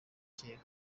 kera